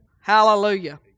Hallelujah